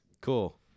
cool